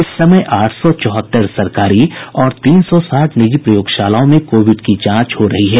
इस समय आठ सौ चौहत्तर सरकारी और तीन सौ साठ निजी प्रयोगशालाओं में कोविड की जांच की जा रही है